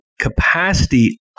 capacity